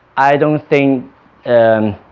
i don't think and